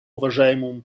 уважаемому